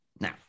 Now